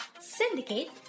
syndicate